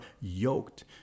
yoked